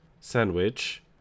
Sandwich